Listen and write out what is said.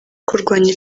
kurwanya